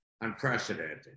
unprecedented